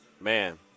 Man